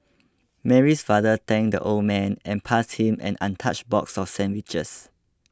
Mary's father thanked the old man and passed him an untouched box of sandwiches